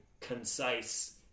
concise